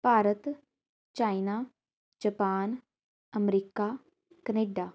Bharat China Japan America Canada